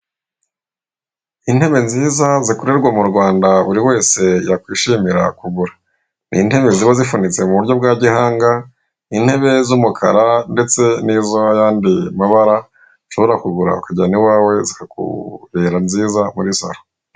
Intebe nziza zikorerwa mu Rwanda buri wese yakishimira kuguru, ni intebe ziba zifunitse mu buryo bwa gihanga, intebe z'umukara ndetse n'iz'ayandi mabara. Ushobora kugura ukajyana iwawe zikakubere nziza muri saro.